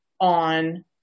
on